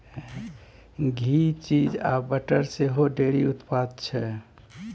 घी, cheese आ butter सेहो dairy उत्पाद छै